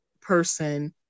person